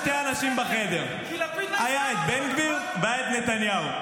היו שני אנשים בחדר, היה בן גביר והיה נתניהו.